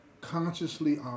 consciously